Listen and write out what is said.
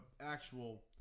actual